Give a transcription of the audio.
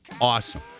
awesome